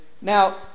now